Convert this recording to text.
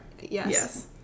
Yes